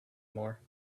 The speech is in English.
more